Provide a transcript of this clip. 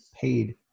paid